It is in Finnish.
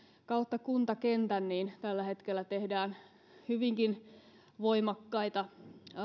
kautta kuntakentän tällä hetkellä tehdään hyvinkin voimakkaita